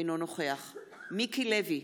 אינו נוכח מיקי לוי,